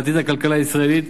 בעתיד הכלכלה הישראלית,